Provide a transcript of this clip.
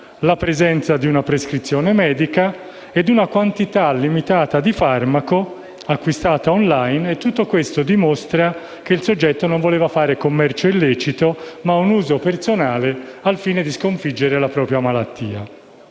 la presenza di una prescrizione medica e una quantità limitata di farmaco acquistata *online*. Tutto questo dimostra che il soggetto non voleva fare commercio illecito, ma un uso personale al fine di sconfiggere la propria malattia.